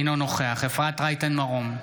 אינו נוכח אפרת רייטן מרום,